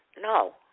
No